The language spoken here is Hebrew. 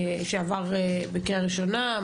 שעבר בקריאה ראשונה,